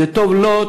זה טוב לו,